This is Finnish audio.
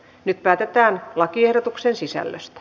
nyt päätetään lakiehdotuksen sisällöstä